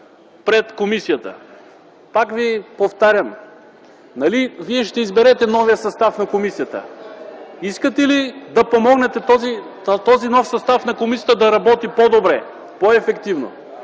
пред комисията. Повтарям ви, нали вие ще изберете новия състав на комисията? Искате ли да помогнете този нов състав на комисията да работи по-добре, по-ефективно?